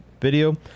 video